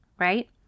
right